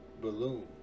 Balloon